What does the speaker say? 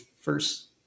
first